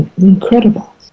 incredible